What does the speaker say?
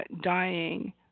dying